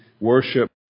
worship